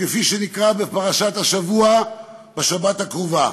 כפי שנקרא בפרשת השבוע בשבת הקרובה: